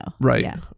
Right